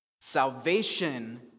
Salvation